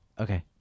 Okay